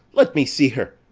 let me see her.